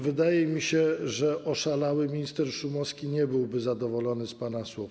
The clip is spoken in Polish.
Wydaje mi się, że oszalały minister Szumowski nie byłby zadowolony z pana słów.